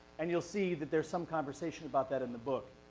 and you'll see that there's some conversation about that in the book.